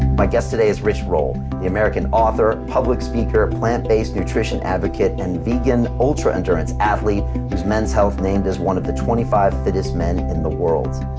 my guest today today is rich roll, the american author, public speaker, plant-based nutrition advocate and vegan ultra endurance athlete who men's health named as one of the twenty five fittest men in the world.